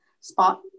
spot